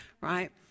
right